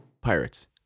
Pirates